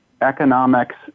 economics